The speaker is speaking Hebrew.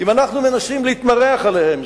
אם אנחנו מנסים להתמרח עליהם,